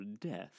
death